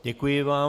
Děkuji vám.